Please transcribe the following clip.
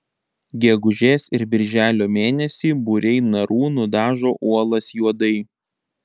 gegužės ir birželio mėnesį būriai narų nudažo uolas juodai